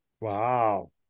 Wow